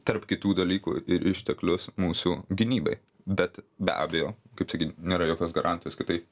tarp kitų dalykų ir išteklius mūsų gynybai bet be abejo kaip sakyt nėra jokios garantijos kad tai